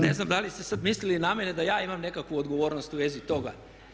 Ne znam da li ste sada mislili na mene da ja imam nekakvu odgovornost u vezi toga.